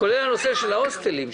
כולל הנושא של ההוסטלים,